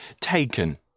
taken